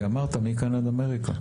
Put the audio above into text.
כי אמרת מכאן עד אמריקה.